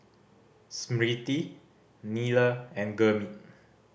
Smriti Neila and Gurmeet